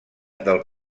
del